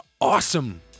awesome